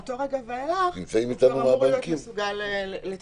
מאותו רגע ואילך הוא כבר אמור להיות מסוגל לתפקד.